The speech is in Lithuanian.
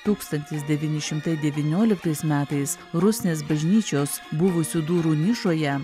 tūkstantis devyni šimtai devynioliktais metais rusnės bažnyčios buvusių durų nišoje